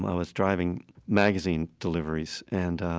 was driving magazine deliveries, and